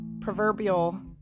proverbial